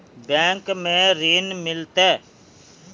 Bank में ऋण मिलते?